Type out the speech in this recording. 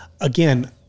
again